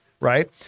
Right